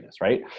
right